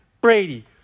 Brady